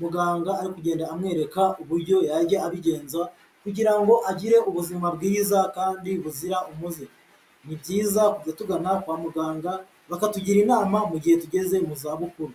muganga ari kugenda amwereka uburyo yajya abigenza kugira agire ubuzima bwiza kandi buzira umuze, ni byiza kujya tugana kwa muganga bakatugira inama mu gihe tugeze mu zabukuru.